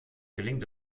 gelingt